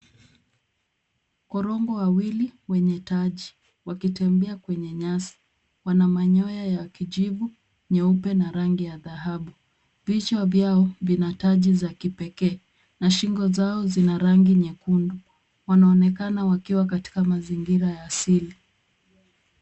Korongo wawili wenye taji wakitembea kwenye nyasi. Wana manyoya ya kijivu, nyeupe na rangi ya dhahabu. Vichwa vyao vina taji za kipekee na shingo zao zina rangi nyekundu. Wanaonekana wakiwa katika mazingira ya asili.